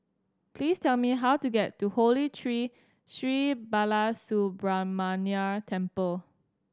please tell me how to get to Holy Tree Sri Balasubramaniar Temple